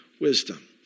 wisdom